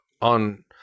on